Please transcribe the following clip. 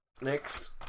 next